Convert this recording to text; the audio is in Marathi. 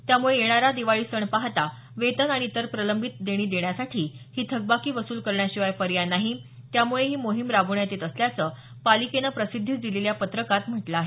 त्यामुळे येणारा दिवाळी सण पाहता वेतन आणि इतर प्रलंबित देणी देण्यासाठी ही थकबाकी वसूल करण्याशिवाय पर्याय नाही त्यामुळे ही मोहीम राबवण्यात येत असल्याचं पालिकेनं प्रसिद्धीस दिलेल्या पत्रकात म्हटलं आहे